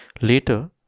Later